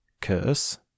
curse